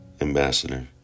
ambassador